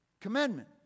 commandment